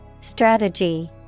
Strategy